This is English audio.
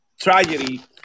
tragedy